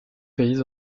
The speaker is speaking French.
pays